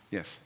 Yes